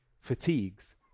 fatigues